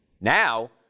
Now